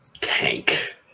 tank